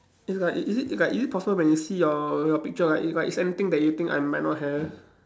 is like is it is it possible when you see your your picture right it got is anything that you think I might not have